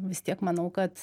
vis tiek manau kad